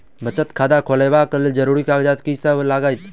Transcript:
बचत खाता खोलाबै कऽ लेल जरूरी कागजात की सब लगतइ?